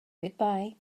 goodbye